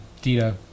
Dito